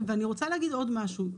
ואני רוצה להגיד עוד משהו,